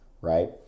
right